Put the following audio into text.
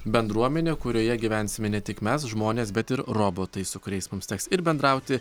bendruomenė kurioje gyvensime ne tik mes žmonės bet ir robotai su kuriais mums teks ir bendrauti